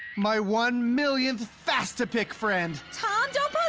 my one millionth fastapic friend. tom, don't but